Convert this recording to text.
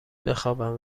بخابم